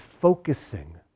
focusing